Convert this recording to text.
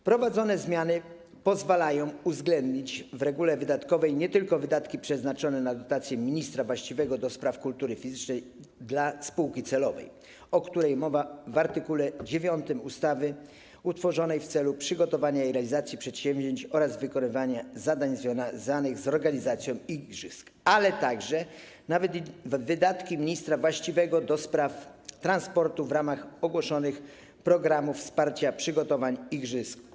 Wprowadzone zmiany pozwalają uwzględnić w regule wydatkowej nie tylko wydatki przeznaczone na dotację ministra właściwego do spraw kultury fizycznej dla spółki celowej, o której mowa w art. 9 ustawy, utworzonej w celu przygotowania i realizacji przedsięwzięć oraz wykonywania zadań związanych z organizacją igrzysk, ale także wydatki ministra właściwego do spraw transportu w ramach ogłoszonych programów wsparcia przygotowania igrzysk.